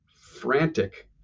frantic